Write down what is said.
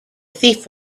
thief